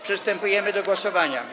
Przystępujemy do głosowania.